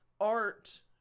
art